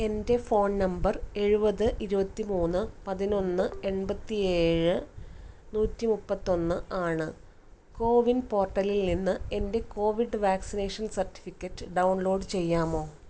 എൻ്റെ phone number എഴുപത് ഇരുപത്തിമൂന്ന് പതിനൊന്ന് എൺപത്തിയേഴ് നൂറ്റിമുപ്പത്തൊന്ന് ആണ് കോവിൻ പോർട്ടലിൽ നിന്ന് എൻ്റെ കോവിഡ് വാക്സിനേഷൻ സർട്ടിഫിക്കറ്റ് ഡൗൺലോഡ് ചെയ്യാമോ